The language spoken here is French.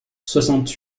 soixante